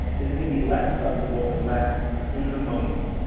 is it can be less flexible and less in the moment.